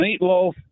meatloaf